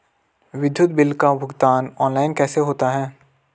विद्युत बिल का भुगतान ऑनलाइन कैसे होता है?